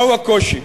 מהו הקושי?